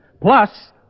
plus